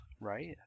right